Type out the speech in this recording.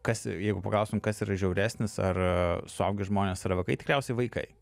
kas jeigu paklaustum kas yra žiauresnis ar suaugę žmonės ar vaikai tikriausiai vaikai